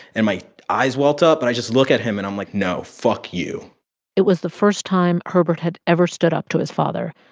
and my eyes welt up. and i just look at him. and i'm like, no, fuck you it was the first time herbert had ever stood up to his father,